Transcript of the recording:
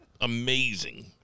amazing